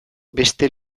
beste